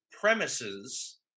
premises